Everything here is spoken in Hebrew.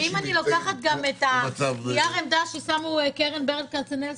ואם אני לוקחת גם את נייר העמדה ששמו קרן ברל כצנלסון,